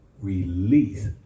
release